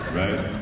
right